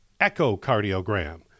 echocardiogram